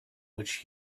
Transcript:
which